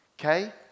Okay